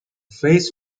face